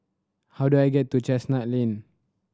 how do I get to Chestnut Lane